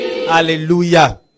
Hallelujah